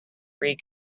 free